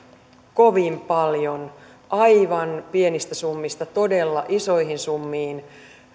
kovin paljon aivan pienistä summista todella isoihin summiin